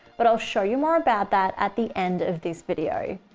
but i'll show you more about that at the end of this video.